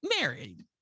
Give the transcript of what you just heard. married